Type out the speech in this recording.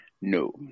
No